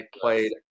played